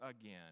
again